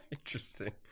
Interesting